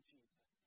Jesus